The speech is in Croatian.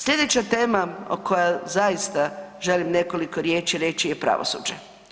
Slijedeća tema o kojoj zaista želim nekoliko riječi reći je pravosuđe.